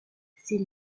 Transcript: c’est